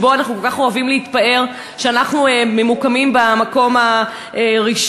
שאנחנו כל כך אוהבים להתפאר שאנחנו ממוקמים בו במקום הראשון.